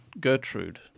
Gertrude